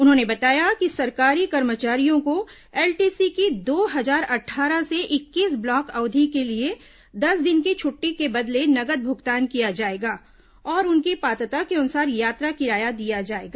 उन्होंने बताया कि सरकारी कर्मचारियों को एलटीसी की दो हजार अट्ठारह से इक्कीस ब्लॉक अवधि के लिए दस दिन की छुट्टी के बदले नकद भुगतान किया जाएगा और उनकी पात्रता के अनुसार यात्रा किराया दिया जाएगा